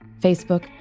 Facebook